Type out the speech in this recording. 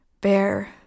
bear